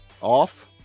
off